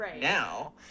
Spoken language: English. now